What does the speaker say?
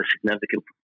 significant